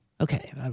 Okay